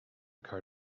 car